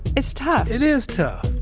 it's tough it is tough.